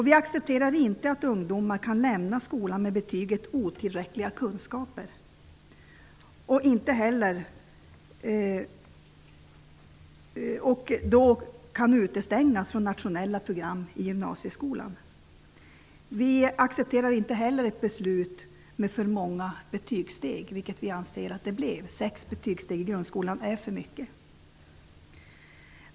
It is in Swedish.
Vi accepterar inte att ungdomar kan lämna skolan med betyget ''otillräckliga kunskaper'' och då kan utestängas från nationella program i gymnasieskolan. Vi accepterar inte heller ett beslut med för många betygssteg, vilket vi anser att det blev. Sex betygssteg i grundskolan är för mycket.